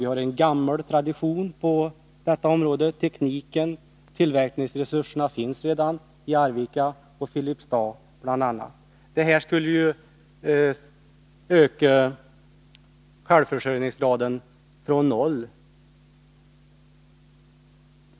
Vi har en gammal tradition på det området. Tekniken och tillverkningsresurserna finns, bl.a. i Arvika och i Filipstad. Detta skulle öka självförsörjningsgraden från noll.